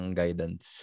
guidance